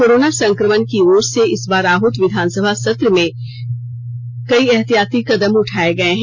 corona संकमण की ओर से इस बार आहूत विधानसभा सत्र में कई एहतियाती कदम उठाये गये है